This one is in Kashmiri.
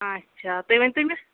آچھا تُہۍ ؤنتو مےٚ